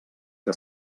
que